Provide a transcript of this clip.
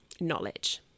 knowledge